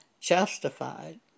justified